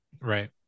right